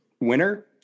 winner